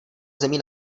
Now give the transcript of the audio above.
zemí